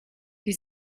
die